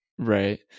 right